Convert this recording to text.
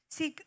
See